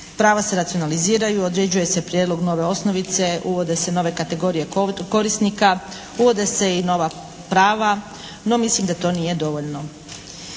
Prava se racionaliziraju, određuje se prijedlog nove osnovice, uvode se nove kategorije korisnika, uvode se i nova prava. No, mislim da to nije dovoljno.